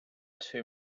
too